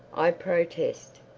i protest.